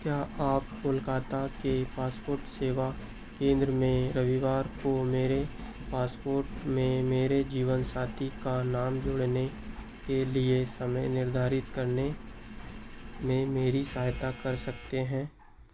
क्या आप कोलकाता के पासपोर्ट सेवा केन्द्र में रविवार को मेरे पासपोर्ट में मेरे जीवनसाथी का नाम जोड़ने के लिए समय निर्धारित करने में मेरी सहायता कर सकते हैं